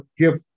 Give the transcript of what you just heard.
give